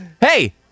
Hey